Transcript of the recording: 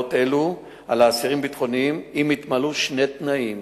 מהגבלות אלו על אסירים ביטחוניים אם התמלאו שני תנאים,